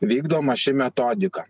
vykdoma ši metodika